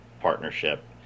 partnership